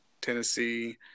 Tennessee